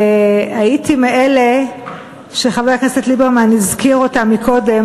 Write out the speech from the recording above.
והייתי מאלה שחבר הכנסת ליברמן הזכיר קודם,